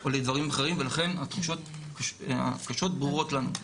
או לדברים אחרים ולכן התחושות הקשות ברורות לנו,